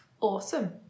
Awesome